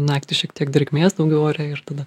naktį šiek tiek drėgmės daugiau ore ir tada